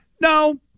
No